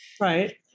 Right